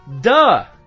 duh